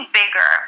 bigger